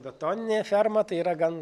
betoninė ferma tai yra gan